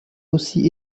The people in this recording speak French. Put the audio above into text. aussi